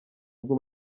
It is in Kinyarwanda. ubwo